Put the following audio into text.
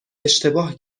اشتباه